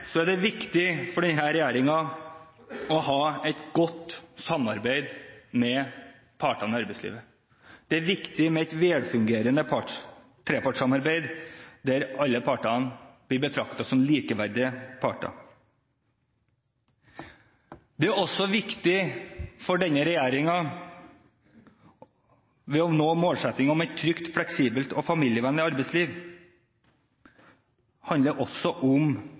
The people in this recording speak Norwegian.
er det viktig for denne regjeringen å ha et godt samarbeid med partene i arbeidslivet. Det er viktig med et velfungerende trepartssamarbeid der alle partene blir betraktet som likeverdige. Det er viktig for denne regjeringen å nå målsettingen om et trygt, fleksibelt og familievennlig arbeidsliv. Det handler også om